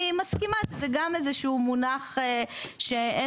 אני מסכימה שזה גם איזשהו מונח שאין